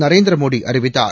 நரேந்திர மோடி அறிவித்தார்